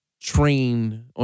train